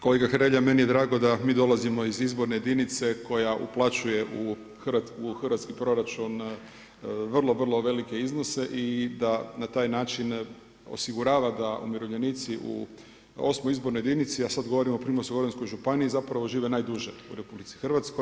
Kolega Hrelja, meni je drago da mi dolazimo iz izborne jedinice koja uplaćuje u hrvatski proračun vrlo, vrlo velike iznose i da na taj način osigurava da umirovljenici u 8. izbornoj jedinici, a sad govorimo o Primorsko-goranskoj županiji, zapravo žive najduže u RH.